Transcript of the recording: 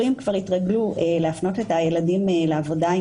המורים כבר התרגלו להפנות את הילדים לעבודה עם